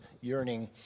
yearning